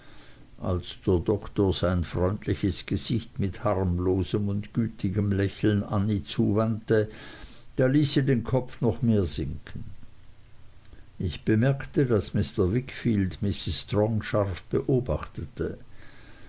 als der doktor sein freundliches gesicht mit harmlosem und gütigem lächeln ännie zuwandte da ließ sie den kopf noch mehr sinken ich bemerkte daß mr wickfield mrs strong scharf beobachtete